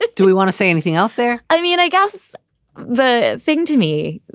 like do we want to say anything else there? i mean, i guess the thing to me,